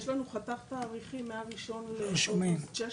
ויש לנו חתך תאריכים מה-1 באוגוסט 2016